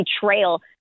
betrayal